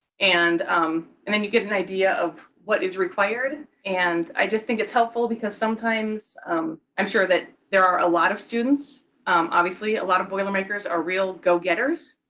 and um and then you get an idea of what is required, and i just think it's helpful because sometimes i'm sure that there are a lo lot of students obviously a lot of boilermakers are real go-getters.